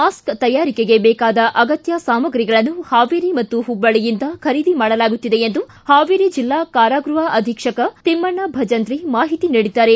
mask ತಯಾರಿಕೆಗೆ ಬೇಕಾದ ಅಗತ್ಯ ಸಾಮಗ್ರಿಗಳನ್ನು ಹಾವೇರಿ ಹಾಗೂ ಹುಬ್ಬಳ್ಳಯಿಂದ ಖರೀದಿ ಮಾಡಲಾಗುತ್ತಿದೆ ಎಂದು ಹಾವೇರಿ ಜೆಲ್ಲಾ ಕಾರಾಗೃಪ ಅಧೀಕ್ಷಕ ತಿಮ್ಣಣ್ಣ ಭಜಂತ್ರಿ ಮಾಹಿತಿ ನೀಡಿದ್ದಾರೆ